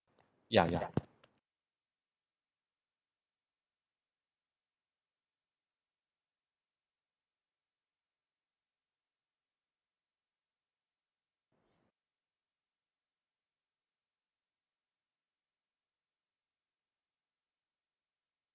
ya ya